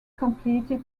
completed